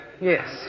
Yes